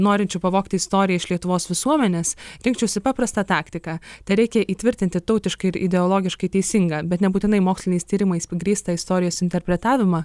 norinčių pavogti istoriją iš lietuvos visuomenės rinkčiausi paprastą taktiką tereikia įtvirtinti tautiškai ir ideologiškai teisingą bet nebūtinai moksliniais tyrimais pagrįstą istorijos interpretavimą